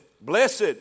blessed